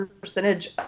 percentage